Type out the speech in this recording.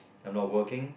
I'm not working